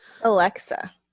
Alexa